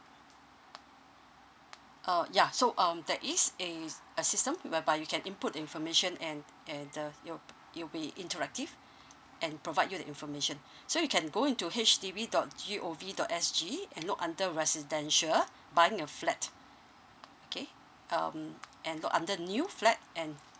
uh ya so um there is a s~ a system whereby you can input the information and enter your it'll be interactive and provide you the information so you can go into H D B dot G O V dot S G and look under residential buying a flat okay um and look under new flat and